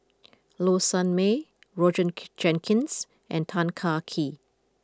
Low Sanmay Roger Jenkins and Tan Kah Kee